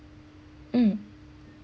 mm